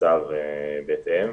שתוקצבה בהתאם,